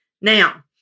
Now